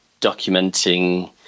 documenting